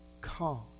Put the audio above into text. calm